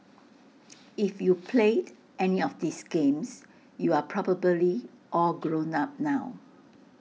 if you played any of these games you are probably all grown up now